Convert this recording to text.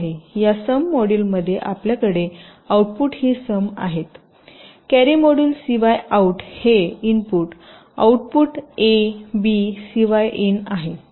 या सम मॉड्यूलमध्ये आपल्याकडे आऊटपुट ही सम आहेत कॅरी मॉड्यूल cy out हे इनपुट आउटपुट abcy in आहे